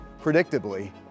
Predictably